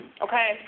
Okay